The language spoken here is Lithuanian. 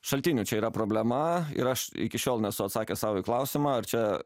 šaltinių čia yra problema ir aš iki šiol nesu atsakęs sau į klausimą ar čia